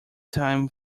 time